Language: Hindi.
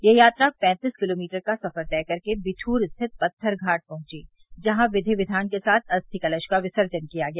यह यात्रा पैंतीस किलोमीटर का सफर तय करके बिद्र स्थित पत्थर घाट पर पहुंची जहां विधि विधान के साथ अस्थि कलश का विसर्जन किया गया